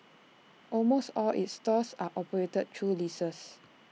almost all its stores are operated through leases